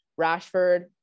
rashford